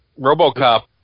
RoboCop